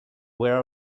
where